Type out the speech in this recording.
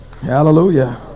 hallelujah